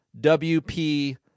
wp